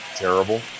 terrible